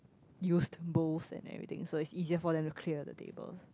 used bowls and everything so it's easier for them to clear the table